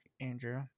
Andrew